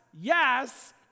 yes